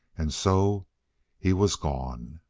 and so he was gone.